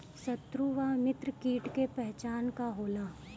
सत्रु व मित्र कीट के पहचान का होला?